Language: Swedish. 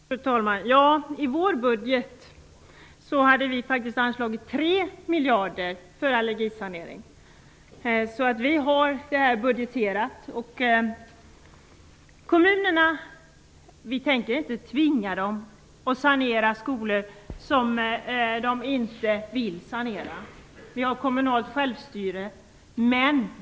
Fru talman! I vår budget hade vi faktiskt anslagit 3 miljarder för allergisanering. Vi har budgeterat det. Vi tänker inte tvinga kommunerna att sanera skolor som de inte vill sanera. Vi har kommunalt självstyre.